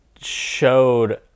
showed